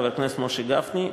חבר הכנסת משה גפני,